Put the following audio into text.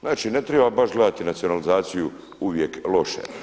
Znači ne treba baš gledati nacionalizaciju uvijek loši.